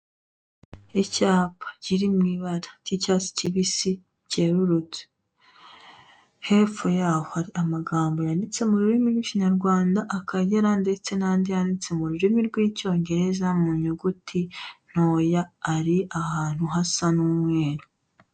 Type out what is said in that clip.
Icyapa kiri mu ibara ry'icyatsi kibisi cyerurutse. Hepfo yaho hari amagambo yanditse mu rurimi rw'ikinyarwanga Akagera ndetse n'andi yanditse mu rurimi rw'icyongereza mu nyuguti ntoya, ari ahantu hasa n'umweru.